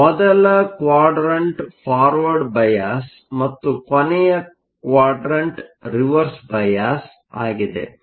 ಆದ್ದರಿಂದ ಮೊದಲ quadrant forward ಬಯಾಸ್Forward bias ಮತ್ತು ಕೊನೆಯ ಕ್ವಾಡ್ರಂಟ್ ರಿವರ್ಸ್ ಬಯಾಸ್ ಆಗಿದೆ